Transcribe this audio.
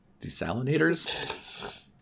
Desalinators